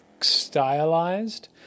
stylized